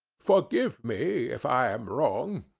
forgive me if i am wrong.